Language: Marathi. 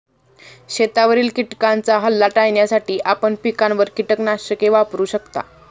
शेतावरील किटकांचा हल्ला टाळण्यासाठी आपण पिकांवर कीटकनाशके वापरू शकता